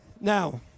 Now